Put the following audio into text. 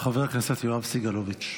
חבר הכנסת יואב סגלוביץ'.